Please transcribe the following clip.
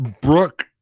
Brooke